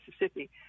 mississippi